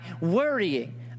worrying